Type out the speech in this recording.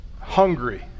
hungry